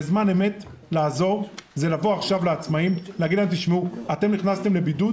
לעזור בזמן אמת זה לבוא עכשיו לעצמאים ולהגיד להם: אתם נכנסתם לבידוד?